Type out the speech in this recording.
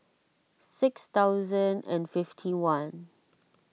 six thousand and fifty one